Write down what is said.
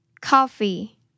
coffee